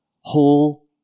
whole